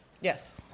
Yes